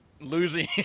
losing